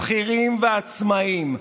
שכירים ועצמאים,